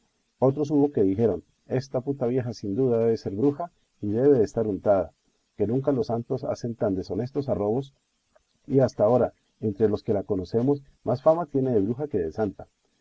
otros hubo que dijeron esta puta vieja sin duda debe de ser bruja y debe de estar untada que nunca los santos hacen tan deshonestos arrobos y hasta ahora entre los que la conocemos más fama tiene de bruja que de santa